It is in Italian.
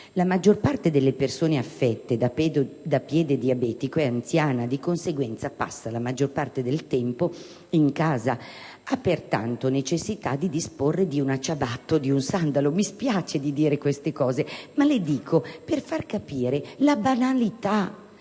La maggior parte della persone affette da piede diabetico è anziana, di conseguenza passa la maggior parte del tempo in casa: ha pertanto necessità di disporre di una ciabatta o di un sandalo. Mi spiace dire queste cose, ma lo faccio per far capire la banalità